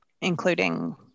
Including